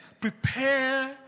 Prepare